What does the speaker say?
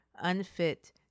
unfit